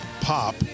pop